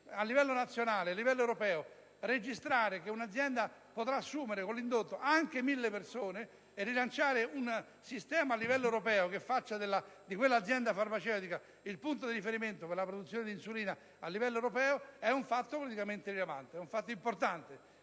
a livello nazionale ed europeo, che un'azienda potrà assumere con l'indotto anche 1.000 persone e rilanciare un sistema che faccia di quell'azienda farmaceutica il punto di riferimento per la produzione di insulina a livello europeo è un fatto politicamente rilevante ed importante,